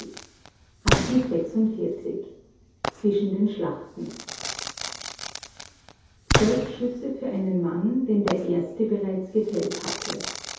zwischen den schlachten zwölf schüsse für einen mann den der erste bereits gefällt hatte